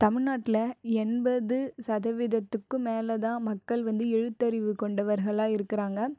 தமிழ்நாட்டில் எண்பது சதவீதத்துக்கும் மேலே தான் மக்கள் வந்து எழுத்தறிவு கொண்டர்வர்களாக இருக்குறாங்க